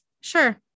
sure